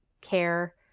care